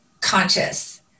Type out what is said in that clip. conscious